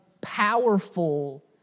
powerful